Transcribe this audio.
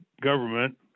government